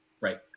Right